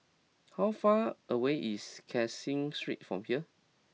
how far away is Caseen Street from here